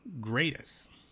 greatest